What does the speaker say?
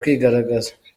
kwigaragaza